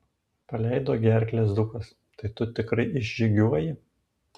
paleido gerklę zukas tai tu tikrai išžygiuoji